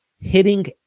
hitting